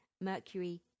mercury